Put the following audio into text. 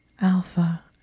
Alpha